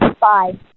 Bye